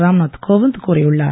ராம் நாத் கோவிந்த் கூறியுள்ளார்